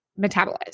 metabolized